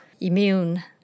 immune